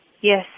yes